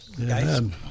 Amen